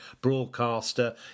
broadcaster